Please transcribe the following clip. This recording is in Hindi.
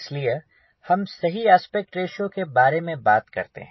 इसलिए हम सही आस्पेक्ट रेश्यो के बारे में बात करते हैं